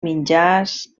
menjars